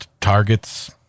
targets